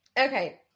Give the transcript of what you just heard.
okay